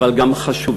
אבל גם חשובים.